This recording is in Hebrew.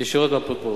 אברר ישירות באפוטרופוס.